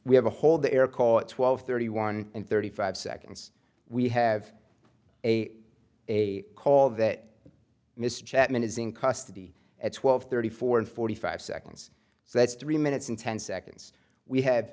we have a whole the air call at twelve thirty one and thirty five seconds we have a a call that mr chapman is in custody at twelve thirty four and forty five seconds so that's three minutes and ten seconds we ha